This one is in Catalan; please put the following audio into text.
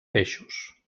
peixos